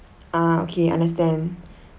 ah okay understand